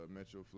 Metro